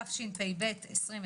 תשפ"ב-2021,